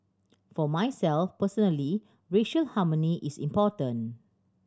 for myself personally racial harmony is important